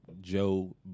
Joe